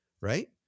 right